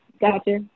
Gotcha